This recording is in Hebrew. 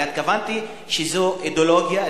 אלא התכוונתי שזו אידיאולוגיה,